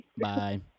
Bye